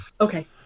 Okay